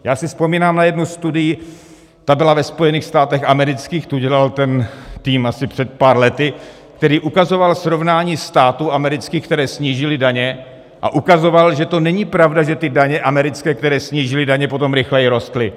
Já si vzpomínám na jednu studii, ta byla ve Spojených státech amerických, tu dělal ten tým asi před pár lety, který ukazoval srovnání amerických států, které snížily daně, a ukazoval, že to není pravda, že ty daně americké, které snížily daně, potom rychleji rostly.